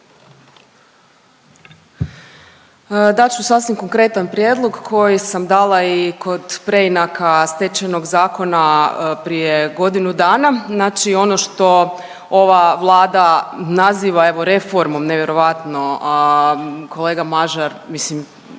Dat ću sasvim konkretan prijedlog koji sam dala i kod preinaka Stečajnog zakona prije godinu dana. Znači ono što ova Vlada naziva evo reformom nevjerojatno kolega Mažar radite